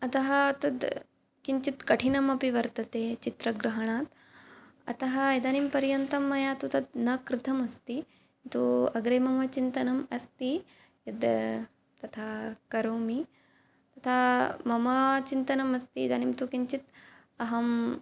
अतः तद् किञ्चित् कठिनमपि वर्तते चित्रग्रहणात् अतः इदानीं पर्यन्तं मया तत् न कृतमस्ति तु अग्रे मम चिन्तनम् अस्ति यद् तथा करोमि तथा मम चिन्तनमस्ति इदानीं तु किञ्चित् अहं